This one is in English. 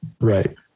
Right